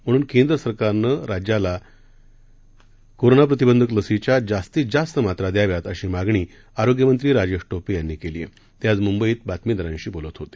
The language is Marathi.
म्हणून केंद्र सरकारनं राज्याला जास्तीत कोरोनाप्रतिबंधक लशीच्या जास्त मात्रा द्याव्यात अशी मागणी आरोग्यमंत्री राजेश टोपे यांनी केली ते आज मुंबईत बातमीदारांशी बोलत होते